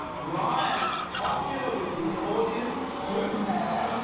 bryan, popular with the audience, good hair.